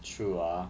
true ah